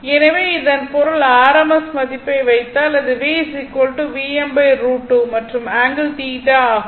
எனவே இதன் பொருள் rms மதிப்பை வைத்தால் அது v Vm √2 மற்றும் ஆங்கிள் θ ஆகும்